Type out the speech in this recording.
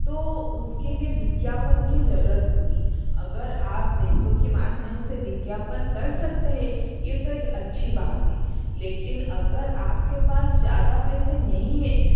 तो उसके लिए विज्ञापन की ज़रूरत होगी अगर आप पैसों के माध्यम से विज्ञापन कर सकते हैं ये तो एक अच्छी बात है लेकिन अगर आपके पास ज़्यादा पैसे नहीं है